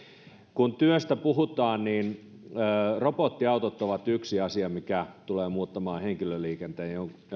kun työstä puhutaan niin robottiautot ovat yksi asia joka tulee muuttamaan henkilöliikennettä